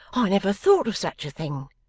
i never thought of such a thing